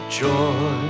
joy